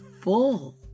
full